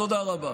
תודה רבה.